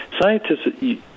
Scientists